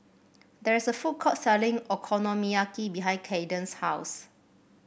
there is a food court selling Okonomiyaki behind Kaden's house